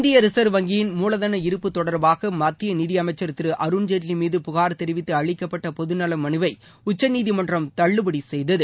இந்திய ரிசர்வ் வங்கியின் மூலதன இருப்பு தொடர்பாக மத்திய நிதியமைச்சர் திரு அருண்ஜேட்லி மீது புகார் தெரிவித்து அளிக்கப்பட்ட பொதுநல மனுவை உச்சநீதிமன்றம் தள்ளுபடி செய்தது